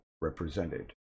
represented